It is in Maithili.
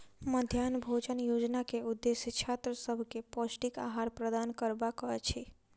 मध्याह्न भोजन योजना के उदेश्य छात्र सभ के पौष्टिक आहार प्रदान करबाक अछि